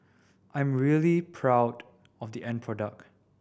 i am really proud of the end product